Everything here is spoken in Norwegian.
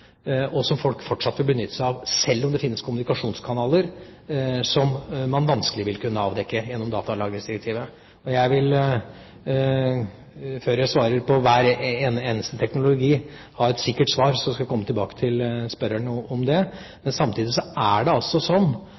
det finnes kommunikasjonskanaler som man vanskelig vil kunne avdekke gjennom datalagringsdirektivet. Jeg vil, før jeg svarer på spørsmål om hver eneste teknologi, kunne gi et sikkert svar, så jeg skal komme tilbake til spørreren med det. Samtidig er det